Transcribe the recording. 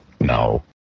No